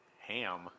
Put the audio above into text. Ham